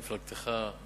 ממפלגתך,